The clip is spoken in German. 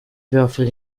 würfel